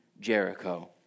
Jericho